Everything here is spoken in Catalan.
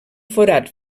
forat